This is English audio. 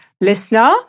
Listener